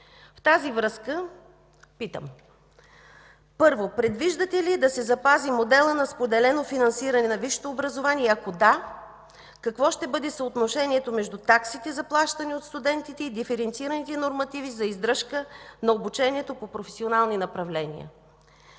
В тази връзка питам: първо, предвиждате ли да се запази моделът на споделено финансиране на висшето образование и ако – да, какво ще бъде съотношението между таксите за плащане от студените и диференцираните нормативи за издръжка на обучението по професионални направления?